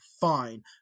fine